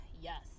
Yes